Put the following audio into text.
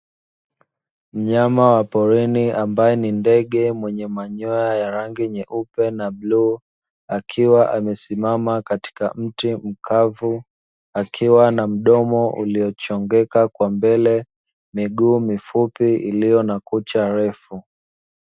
Mnyama wa porini ambaye ni ndege mwenye manyoya ya rangi nyeupe na bluu akiwa amesimama katika mti mkavu akiwa na mdomo uliochongeka kwa mbele, miguu mifupi iliyo na kucha refu.